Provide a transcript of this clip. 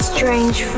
Strange